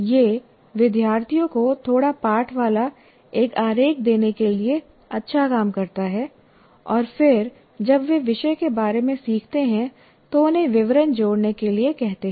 यह विद्यार्थियों को थोड़ा पाठ वाला एक आरेख देने के लिए अच्छा काम करता है और फिर जब वे विषय के बारे में सीखते हैं तो उन्हें विवरण जोड़ने के लिए कहते हैं